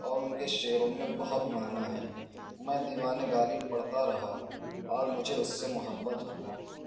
اور ان کے شعروں میں بہت معنی ہے میں دیوان غالب پڑھتا رہا اور مجھے اس سے محبت ہو گئی